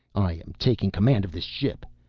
i am taking command of this ship.